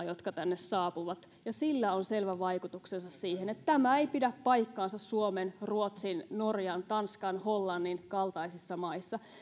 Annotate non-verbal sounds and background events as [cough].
[unintelligible] jotka tänne saapuvat ja sillä on selvä vaikutuksensa siihen että tämä ei pidä paikkaansa suomen ruotsin norjan tanskan hollannin kaltaisissa maissa